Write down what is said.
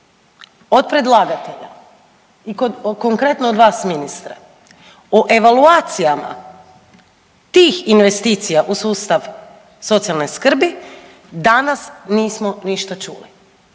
od predlagatelja i konkretno od vas ministre o evaluacijama tih investicija u sustav socijalne skrbi danas nismo ništa čuli.